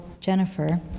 Jennifer